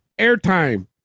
airtime